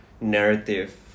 narrative